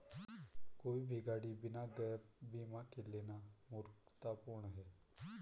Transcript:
कोई भी गाड़ी बिना गैप बीमा के लेना मूर्खतापूर्ण है